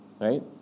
right